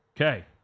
Okay